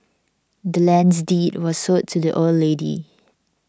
the land's deed was sold to the old lady